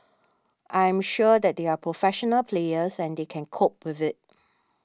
I'm sure that they are professional players and they can cope with it